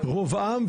ברוב עם.